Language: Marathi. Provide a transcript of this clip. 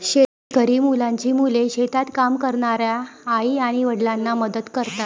शेतकरी मुलांची मुले शेतात काम करणाऱ्या आई आणि वडिलांना मदत करतात